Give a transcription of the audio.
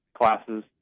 classes